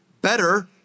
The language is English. better